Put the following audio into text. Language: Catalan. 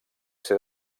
ser